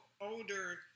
older